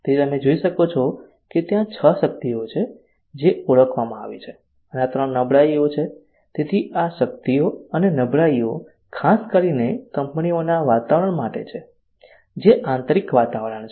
તેથી તમે જોઈ શકો છો કે ત્યાં 6 શક્તિઓ છે જે ઓળખવામાં આવી છે અને 3 નબળાઈઓ છે તેથી આ શક્તિઓ અને નબળાઈઓ ખાસ કરીને કંપનીઓના વાતાવરણ માટે છે જે આંતરિક વાતાવરણ છે